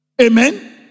Amen